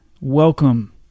welcome